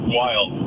wild